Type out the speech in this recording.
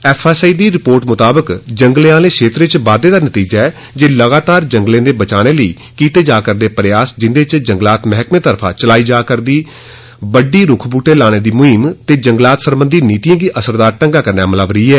FSI दी report मुताबक जंगले आह्ले क्षेत्र च बाद्दे या नतीजा ऐ जे लगातार जंगलें दे बचाने लेई कीते जा करदे प्रयास जिन्दे च जंगलात मैह्कमें तरफा चलाई जा करदी बड्डी रूख बूहटे लाने दी मुहीम ते जंगलात सरबंधी नीतियें गी असरदार ढंगै कन्नै अमलावरी ऐ